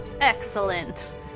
Excellent